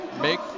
make